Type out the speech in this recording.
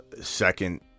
second